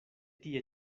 tie